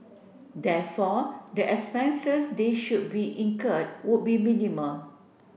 therefore the expenses they should be incurred would be minimal